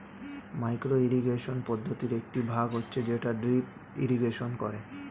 micro irrigation পদ্ধতির একটি ভাগ হচ্ছে যেটা ড্রিপ ইরিগেশন করে